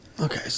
Okay